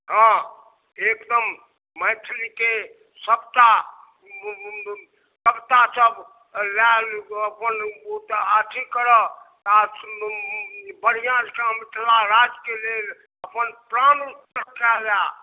हाँ एकदम मैथिलीके सबटा सबटा सब लऽ कऽ अपन गोटा अथी करऽ आओर बढ़िआँ जकाँ मिथिलाराजके लेल अपन प्राण त्याग तक कऽलए